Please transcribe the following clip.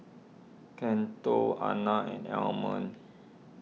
Cato Alannah and Almond